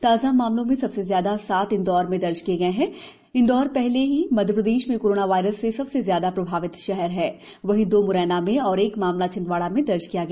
ताजा मामलों में सबसे ज्यादा सात इंदौर में दर्ज किए गए हैं इंदौर पहले ही मप्र में कोरोनोवायरस से सबसे ज्यादा प्रभावित शहर है वहीं दो म्रैना में और एक मामला छिंदवाड़ा में दर्ज किया गया